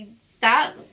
stop